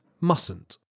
mustn't